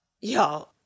Y'all